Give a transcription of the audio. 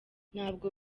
ntabwo